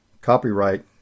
Copyright